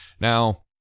Now